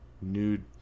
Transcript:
nude